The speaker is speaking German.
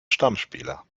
stammspieler